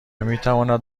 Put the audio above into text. میتواند